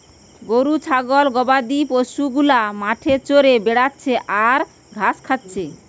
গরু ছাগল গবাদি পশু গুলা মাঠে চরে বেড়াচ্ছে আর ঘাস খাচ্ছে